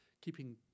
keeping